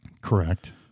correct